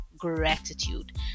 gratitude